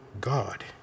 God